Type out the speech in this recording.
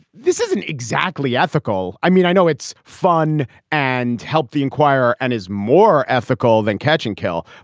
this isn't exactly ethical. i mean i know it's fun and helped the enquirer and is more ethical than catch and kill.